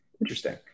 interesting